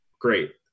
Great